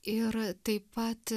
ir taip pat